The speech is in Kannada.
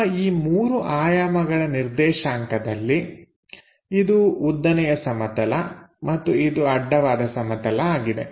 ನಮ್ಮ ಈ ಮೂರು ಆಯಾಮಗಳ ನಿರ್ದೇಶಾಂಕದಲ್ಲಿ ಇದು ಉದ್ದನೆಯ ಸಮತಲ ಮತ್ತು ಇದು ಅಡ್ಡವಾದ ಸಮತಲ ಆಗಿದೆ